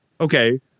Okay